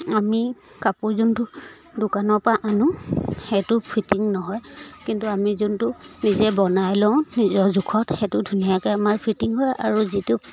আমি কাপোৰ যোনটো দোকানৰ পৰা আনো সেইটো ফিটিং নহয় কিন্তু আমি যোনটো নিজে বনাই লওঁ নিজৰ জোখত সেইটো ধুনীয়াকৈ আমাৰ ফিটিং হয় আৰু যিটো